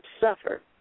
suffer